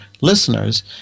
listeners